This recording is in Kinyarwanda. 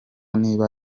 niba